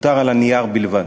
נותר על הנייר בלבד.